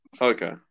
okay